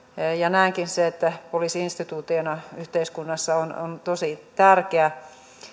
näenkin että poliisi instituutiona yhteiskunnassa on on tosi tärkeä